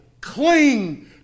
Cling